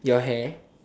your hair